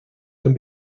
can